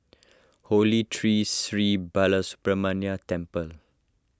Holy Tree Sri Balasubramaniar Temple